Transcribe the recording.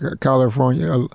California